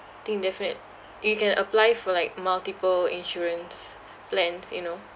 think definite you can apply for like multiple insurance plans you know